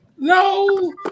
no